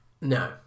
No